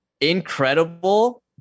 incredible